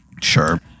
Sure